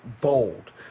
bold